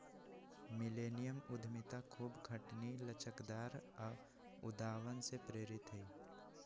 millennium उद्यमिता खूब खटनी, लचकदार आऽ उद्भावन से प्रेरित हइ